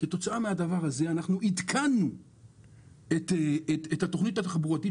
כתוצאה מהדבר הזה אנחנו עדכנו את התוכנית התחבורתית